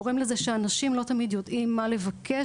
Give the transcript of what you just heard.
גורם לזה שאנשים לא תמיד יודעים מה לבקש,